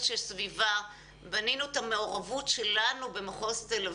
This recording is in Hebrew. שסביבה בנינו את המעורבות שלנו במחוז תל אביב,